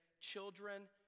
children